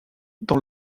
dans